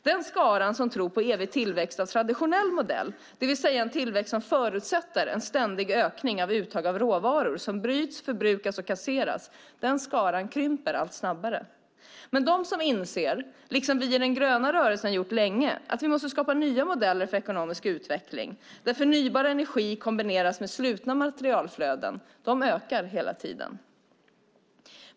Den skara som tror på evig tillväxt av traditionell modell, det vill säga en tillväxt som förutsätter en ständig ökning av uttag av råvaror som bryts, förbrukas och kasseras, krymper allt snabbare. De som inser, liksom vi i den gröna rörelsen gjort länge, att vi måste skapa nya modeller för ekonomisk utveckling där förnybar energi kombineras med slutna materialflöden ökar i antal hela tiden.